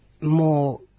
more